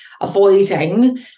avoiding